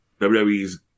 WWE's